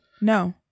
No